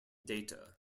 data